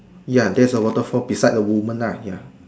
ya there's a waterfall beside the woman lah ya